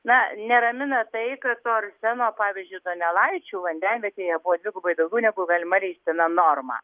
na neramina tai kad arseno pavyzdžiui duonelaičių vandenvietėje buvo dvigubai daugiau negu galima leistina norma